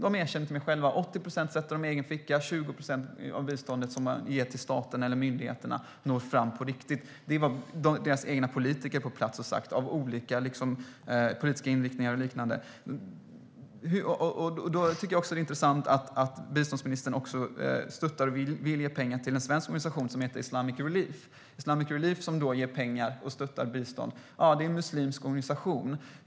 De erkänner att de lägger 80 procent i egen ficka. 20 procent av det bistånd som ges till staten eller myndigheterna når fram på riktigt. Det är vad deras egna politiker med olika inriktningar på plats har sagt. Då tycker jag att det är intressant att biståndsministern också stöttar och vill ge pengar till en svensk organisation som heter Islamic Relief. Islamic Relief är en muslimsk organisation som ger pengar och stöttar bistånd.